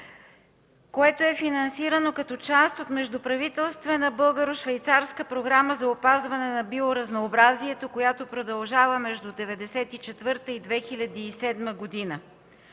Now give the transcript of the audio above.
което е финансирано като част от междуправителствена Българо-швейцарска програма за опазване на биоразнообразието, която продължава между 1994 и 2007 г.